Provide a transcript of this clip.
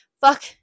Fuck